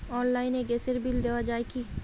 অনলাইনে গ্যাসের বিল দেওয়া যায় কি?